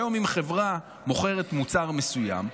היום אם חברה מוכרת מוצר מסוים,